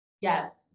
yes